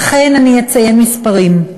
אכן, אני אציין מספרים: